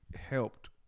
helped